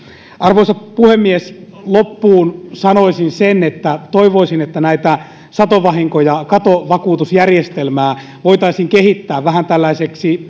arvoisa puhemies loppuun sanoisin sen että toivoisin että satovahinko ja katovakuutusjärjestelmää voitaisiin kehittää vähän tällaiseksi